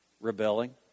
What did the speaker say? rebelling